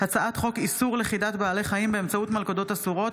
הצעת חוק איסור לכידת בעלי חיים באמצעות מלכודות אסורות,